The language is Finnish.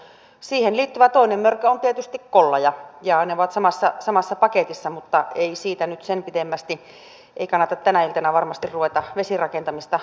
siihen liittyvä toinen mörkö on tietysti kollaja ja ne ovat samassa paketissa mutta ei siitä nyt sen pitemmästi ei kannata tänä iltana varmasti ruveta vesirakentamista lisäämään